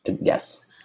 Yes